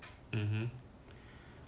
mmhmm